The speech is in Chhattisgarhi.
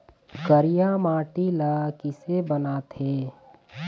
करिया माटी ला किसे बनाथे?